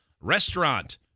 restaurant